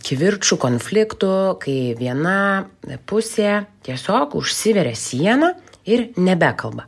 kivirčų konfliktų kai viena pusė tiesiog užsiveria siena ir nebekalba